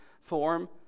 form